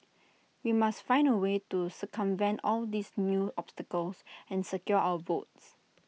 we must find A way to circumvent all these new obstacles and secure our votes